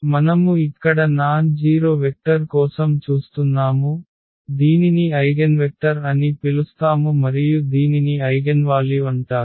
మనము ఇక్కడ non zero vector కోసం చూస్తున్నాము దీనిని ఐగెన్వెక్టర్ అని పిలుస్తాము మరియు దీనిని ఐగెన్వాల్యు అంటారు